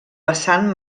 vessant